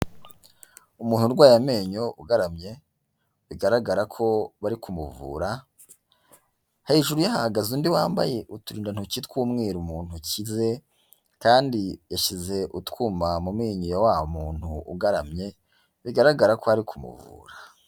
Umuntu urwaye amenyo ugaramye bigaragara ko bari kumuvura, hejuru ye hahagaze undi wambaye uturindantoki tw'umweru mu ntoki ze kandi yashyize utwuma mu menyo ya wa muntu ugaramye bigaragara ko ari kumuvura.